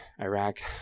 Iraq